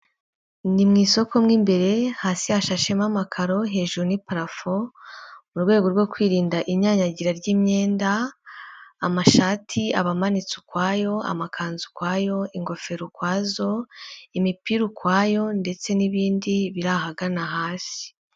Ni mu isoko mo imbere hasi hashashemo amakaro hejuru ni parafo, mu rwego rwo kwirinda inyanyagira ry'imyenda amashati abamanitse ukwayo, amakanzu ukwayo, ingofero ukwazo, imipira ukwayo ndetse n'ibindi biri ahagana hasi.